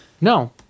No